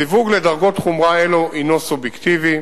הסיווג לדרגות חומרה אלו הינו סובייקטיבי.